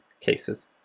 cases